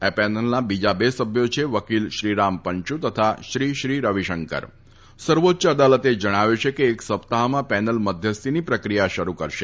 આ પેનલના બીજા બે સભ્યો છે વકીલ શ્રીરામ પંચુ તથા શ્રી શ્રી રવિશંકર સર્વોચ્ય અદાલતે જણાવ્યું છે કે એક સપ્તાફમાં પેનલ મધ્યસ્થીની પ્રક્રિયા શરૂ કરશે